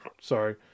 sorry